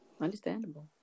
understandable